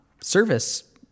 service